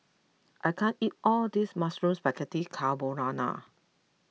I can't eat all this Mushroom Spaghetti Carbonara